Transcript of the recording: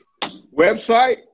Website